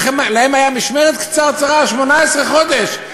להם הייתה משמרת קצרצרה, 18 חודש.